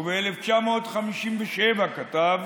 וב-1957 כתב